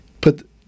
put